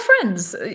friends